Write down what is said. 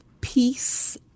peace